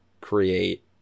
create